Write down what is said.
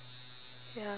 ya